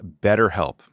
BetterHelp